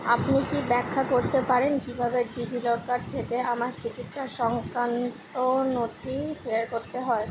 আপনি কি ব্যাখ্যা করতে পারেন কীভাবে ডিজিলকার থেকে আমার চিকিৎসা সংক্রান্ত নথি শেয়ার করতে হয়